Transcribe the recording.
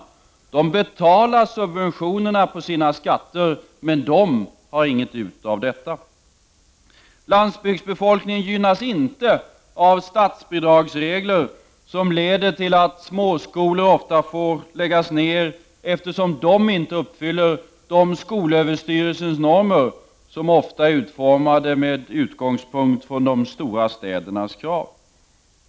De betalar subventionerna på sina skatter, men de har ingenting ut av detta. Landsbygdsbefolkningen gynnas inte av statsbidragsregler som leder till att små skolor ofta får läggas ned eftersom de inte uppfyller skolöverstyrelsens normer, som ofta är utformade med utgångspunkt i de stora städernas krav.